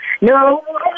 No